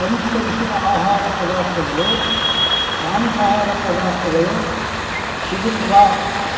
ಸಂಸ್ಕರಿಸಿದ ಆಹಾರ ಪದಾರ್ಥಗಳು ಮಾಂಸಾಹಾರ ಪದಾರ್ಥಗಳು ಸಿಗುತ್ತವಾ